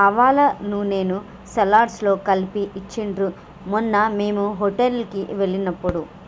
ఆవాల నూనెను సలాడ్స్ లో కలిపి ఇచ్చిండ్రు మొన్న మేము హోటల్ కి వెళ్ళినప్పుడు